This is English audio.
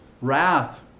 wrath